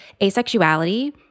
asexuality